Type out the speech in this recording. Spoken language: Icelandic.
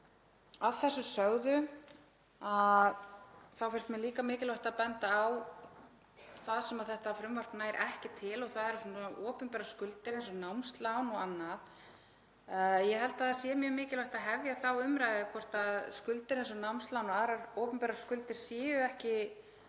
Að þessu sögðu finnst mér líka mikilvægt að benda á það sem þetta frumvarp nær ekki til og það eru opinberar skuldir eins og námslán og annað. Ég held að það sé mjög mikilvægt að hefja þá umræðu hvort skuldir eins og námslán og aðrar opinberar skuldir séu ekki